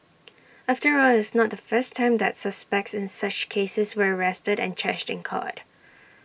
after all it's not the first time that suspects in such cases were arrested and charged in court